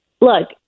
Look